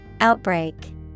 Outbreak